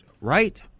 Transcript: right